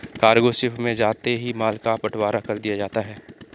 cargo ship में जाते ही माल का बंटवारा कर दिया जाता है